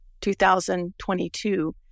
2022